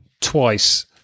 twice